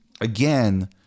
Again